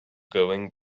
going